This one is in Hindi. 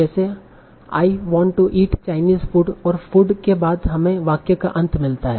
जैसे I want to eat Chinese food और फूड के बाद हमें वाक्य का अंत मिलता है